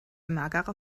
magerer